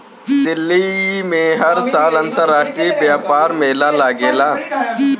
दिल्ली में हर साल अंतरराष्ट्रीय व्यापार मेला लागेला